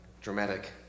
dramatic